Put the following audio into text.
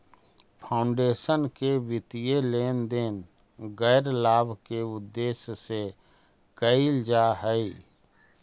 foundation के वित्तीय लेन देन गैर लाभ के उद्देश्य से कईल जा हई